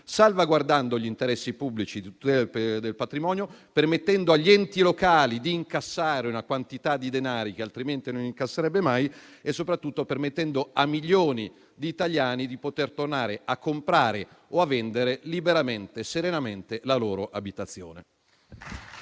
salvaguardando gli interessi pubblici di tutela del patrimonio, permettendo agli enti locali di incassare una quantità di denaro che altrimenti non incasserebbero mai e soprattutto permettendo a milioni di italiani di poter tornare a comprare o a vendere liberamente e serenamente la propria abitazione.